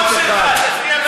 חבר הכנסת איציק שמולי, בבקשה.